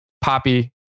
Poppy